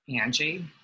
Angie